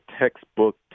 textbook